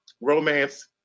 romance